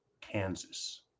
Kansas